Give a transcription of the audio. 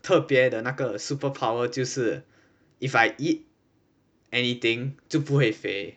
特别的那个 superpower 就是 if I eat anything 就不会肥